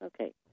Okay